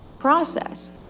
process